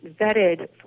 vetted